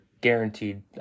guaranteed